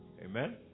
amen